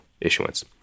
issuance